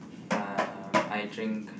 um I drink